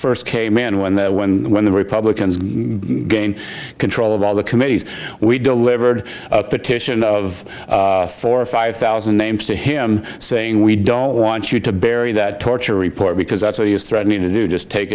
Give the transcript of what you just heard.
first came in when the when the when the republicans gain control of all the committees we delivered a petition of four or five thousand names to him saying we don't want you to bury that torture report because that's what he was threatening to do just take